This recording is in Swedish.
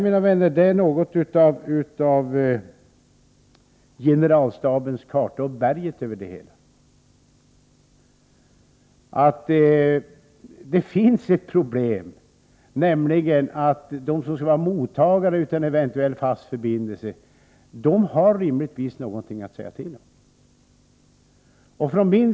Mina vänner, det är något av generalstabens förklaring beträffande kartan över berget över det hela. Det finns ett problem, nämligen att de som skall vara mottagare av en eventuell fast förbindelse rimligtvis har något att säga till om.